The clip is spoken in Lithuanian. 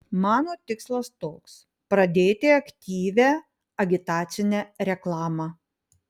mano tikslas toks pradėti aktyvią agitacinę reklamą